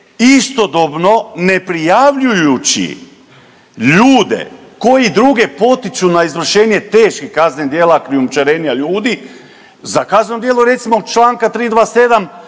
istodobno neprijavljujući ljude koji druge potiču na izvršenje teških kaznenih djela krijumčarenja ljudi za kazneno djelo, recimo, čl. 327,